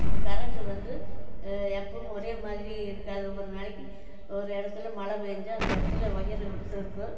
இந்த கரெண்ட்டு வந்து எப்போயும் ஒரே மாதிரி இருக்காது ஒரு நாளைக்கு ஒரு இடத்துல மழை பெஞ்சால் அந்த இடத்துல ஒயரு விட்டுருக்கும்